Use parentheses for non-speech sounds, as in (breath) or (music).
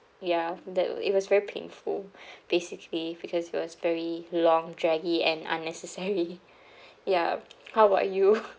ya that it was very painful (breath) basically because it was very long draggy and unnecessary ya how about you